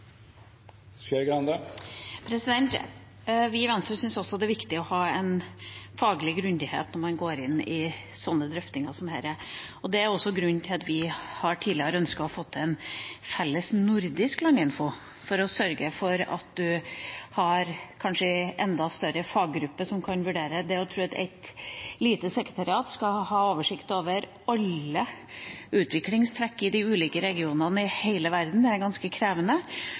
viktig å ha en faglig grundighet når en går inn i drøftinger som dette. Det er også grunnen til at vi tidligere har ønsket å få til en felles nordisk Landinfo, for å sørge for at man kanskje har en enda større faggruppe som kan vurdere – det å tro at et lite sekretariat skal ha oversikt over alle utviklingstrekk i de ulike regionene i hele verden, det er ganske krevende